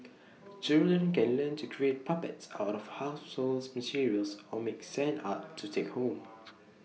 children can learn to create puppets out of households materials or make sand art to take home